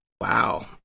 Wow